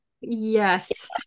Yes